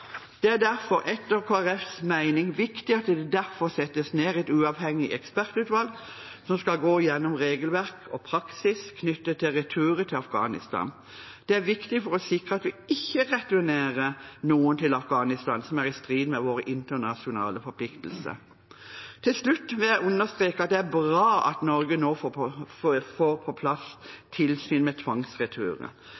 Det er etter Kristelig Folkepartis mening derfor viktig at det settes ned et uavhengig ekspertutvalg som skal gå gjennom regelverk og praksis knyttet til returer til Afghanistan. Det er viktig for å sikre at vi ikke returnerer noen til Afghanistan i strid med våre internasjonale forpliktelser. Til slutt vil jeg understreke at det er bra at Norge nå får på